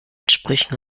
sprüchen